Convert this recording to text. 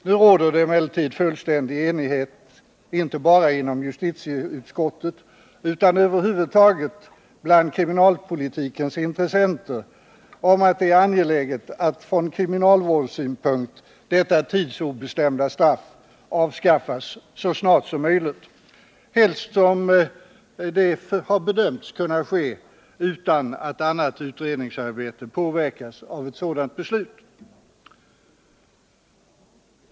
Det råder emellertid fullständig enighet, inte bara inom justitieutskottet utan över huvud taget bland kriminalpolitikens intressenter, om att det är angeläget från kriminalvårdssynpunkt att detta tidsobestämda straff avskaffas så snart som möjligt, helst som det har bedömts kunna ske utan att annat utredningsarbete påverkas av ett sådant beslut.